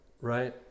right